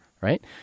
right